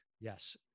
Yes